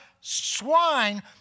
swine